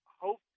hope